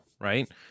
right